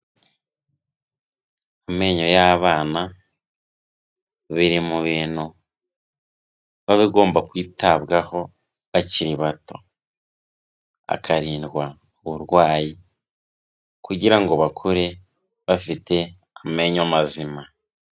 Amenyo y'abana, biri mu bintu biba bigomba kwitabwaho bakiri bato, akarindwa uburwayi kugira ngo bakure bafite amenyo mazima.